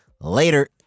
Later